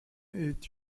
est